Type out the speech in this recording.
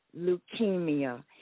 leukemia